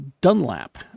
Dunlap